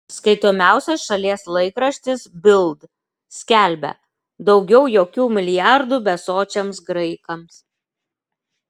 skaitomiausias šalies laikraštis bild skelbia daugiau jokių milijardų besočiams graikams